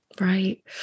right